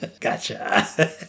Gotcha